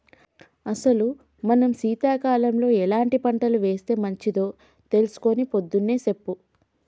అసలు మనం సీతకాలంలో ఎలాంటి పంటలు ఏస్తే మంచిదో తెలుసుకొని పొద్దున్నే సెప్పు